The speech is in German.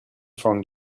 vom